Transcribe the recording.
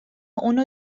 اونو